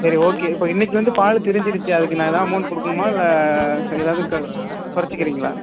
சரி ஓகே இப்போது இன்றைக்கு வந்து பால் திரிஞ்சிடுச்சி அதுக்கு நான் ஏதாவது அமௌண்டு கொடுக்கணுமா இல்லை க ஏதாவது க குறச்சிக்கிறீங்களா